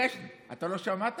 אתה צריך?